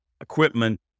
equipment